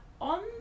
on